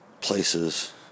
Places